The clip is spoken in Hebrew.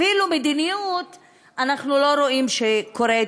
אפילו מדיניות אנחנו לא רואים שקורית